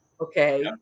Okay